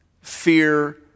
Fear